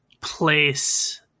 place